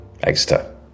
Exeter